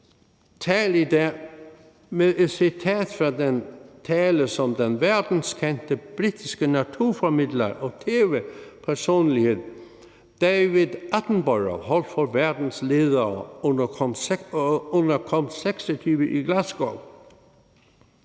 tale i dag med et citat fra den tale, som den verdenskendte britiske naturformidler og tv-personlighed David Attenborough holdt for verdens ledere under COP26 i Glasgow.